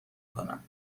کنم